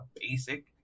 basic